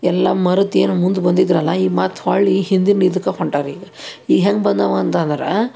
ಎಲ್ಲ ಮರೆತು ಏನು ಮುಂದೆ ಬಂದಿದ್ರಲ್ಲ ಈಗ ಮತ್ತು ಹೊರಳಿ ಹಿಂದಿನ ಇದಕ್ಕೆ ಹೊಂಟಾರ ಈಗ ಈಗ ಹೆಂಗರ ಬಂದಾವ ಅಂತ ಅಂದ್ರ